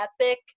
epic